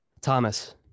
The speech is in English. Thomas